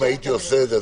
אם הייתי עושה את זה,